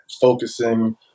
focusing